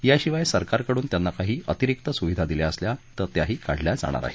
याशिवाय सरकारकडून त्यांना काही अतिरिक्त सुविधा दिल्या असल्या तर त्याही काढल्या जाणार आहेत